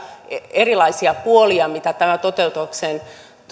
erilaisia puolia mitä tämä